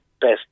best